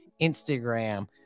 Instagram